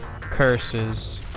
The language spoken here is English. Curses